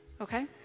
okay